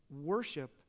worship